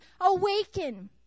awaken